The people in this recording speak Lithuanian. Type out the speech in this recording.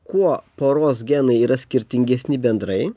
kuo poros genai yra skirtingesni bendrai